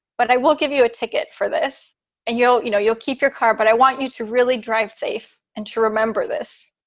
but i will give you a ticket for this and you'll you know, you'll keep your car. but i want you to really drive safe and to remember this.